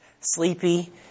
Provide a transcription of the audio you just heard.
sleepy